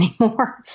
anymore